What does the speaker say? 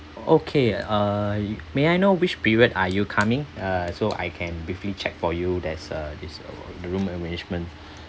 okay uh may I know which period are you coming uh so I can briefly check for you there's uh is uh the room arrangement